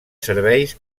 serveis